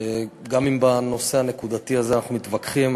כי גם אם בנושא הנקודתי הזה אנחנו מתווכחים,